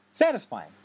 Satisfying